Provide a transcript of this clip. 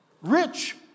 rich